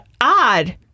odd